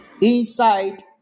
inside